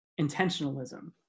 Intentionalism